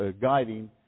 guiding